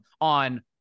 on